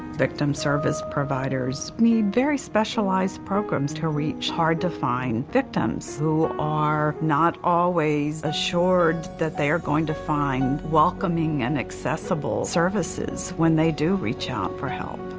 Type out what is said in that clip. victim service providers need very specialized programs to reach hard-to-find victims who are not always assured that they are going to find welcoming and accessible services when they do reach out for help.